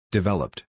Developed